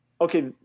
Okay